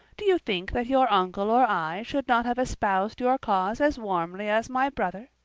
do you think that your uncle or i should not have espoused your cause as warmly as my brother?